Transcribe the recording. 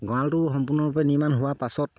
গঁৰালটো সম্পূৰ্ণৰূপে নিৰ্মাণ হোৱাৰ পাছত